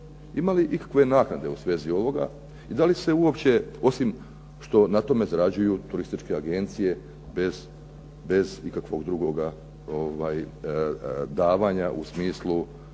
Ima li ikakve naknade u svezi ovoga? I da li se osim što na tome zarađuju turističke agencije bez ikakvog drugoga davanja u smislu,